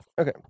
Okay